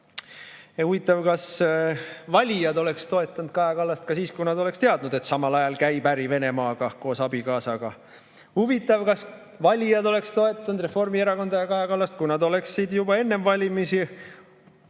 Huvitav, kas valijad oleksid toetanud Kaja Kallast ka siis, kui nad oleksid teadnud, et samal ajal käib koos abikaasaga äri Venemaaga? Huvitav, kas valijad oleksid toetanud Reformierakonda ja Kaja Kallast, kui nad oleksid juba enne valimisi